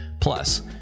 Plus